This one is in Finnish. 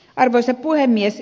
arvoisa puhemies